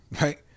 Right